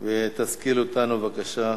ותשכיל אותנו, בבקשה.